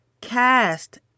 cast